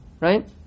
right